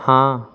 ਹਾਂ